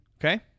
okay